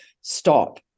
stop